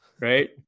right